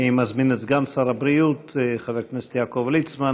אני מזמין את סגן שר הבריאות חבר הכנסת יעקב ליצמן